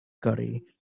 gyrru